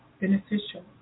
beneficial